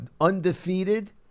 undefeated